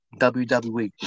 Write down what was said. WWE